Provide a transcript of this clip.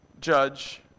judge